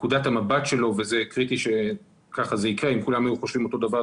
נקודת המבט שלו וזה קריטי שכך זה יקרה אם כולם היו חושבים אותו הדבר,